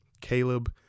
Caleb